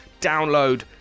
download